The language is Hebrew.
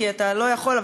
כי אתה לא יכול,